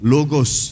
Logos